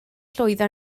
llwyddo